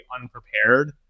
unprepared